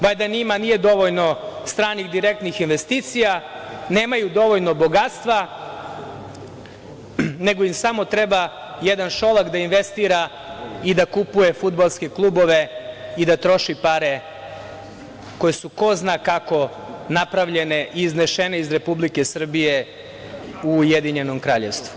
Valjda njima nije dovoljno stranih direktnih investicija, nemaju dovoljno bogatstva, nego im samo treba jedan Šolak da investira i da kupuje fudbalske klubove i da troši pare koje su ko zna kako napravljene i iznešene iz Republike Srbije u Ujedinjeno Kraljevstvo.